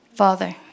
Father